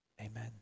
Amen